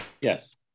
Yes